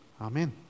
Amen